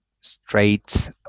straight